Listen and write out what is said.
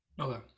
Okay